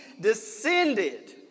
descended